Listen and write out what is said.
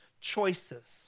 choices